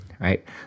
right